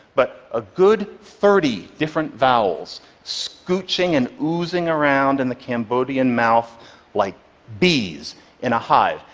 but a good thirty different vowels scooching and oozing around in the cambodian mouth like bees in a hive.